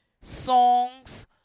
songs